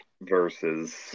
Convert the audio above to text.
versus